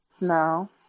No